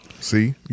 See